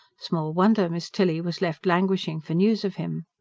small wonder miss tilly was left languishing for news of him.